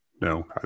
No